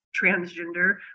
transgender